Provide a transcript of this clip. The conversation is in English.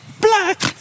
Black